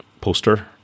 poster